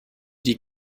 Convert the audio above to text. die